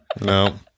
No